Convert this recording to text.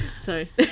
Sorry